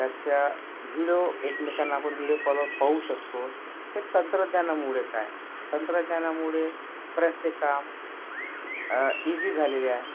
त्याचा व्हिडिओ एकमेकांना आपण व्हिडिओ कॉलवर पाहू शकतो हे तंत्रज्ञानामुळेच आहे तंत्रज्ञानामुळे बरेचसे काम इझी झालेले आहे